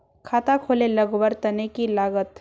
खाता खोले लगवार तने की लागत?